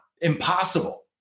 impossible